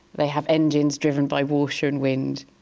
they have engines driven by water and wind.